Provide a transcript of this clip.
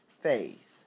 faith